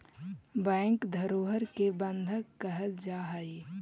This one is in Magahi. बैंक धरोहर के बंधक कहल जा हइ